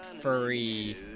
furry